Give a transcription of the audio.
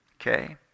Okay